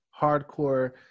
hardcore